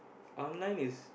online is